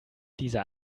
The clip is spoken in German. dieser